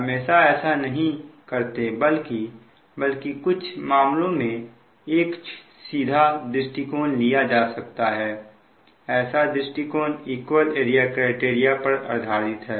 हमेशा ऐसे नहीं करते बल्कि बल्कि कुछ मामलों में एक सीधा दृष्टिकोण लिया जा सकता है ऐसा दृष्टिकोण इक्वल एरिया क्राइटेरिया पर आधारित है